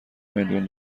میلیون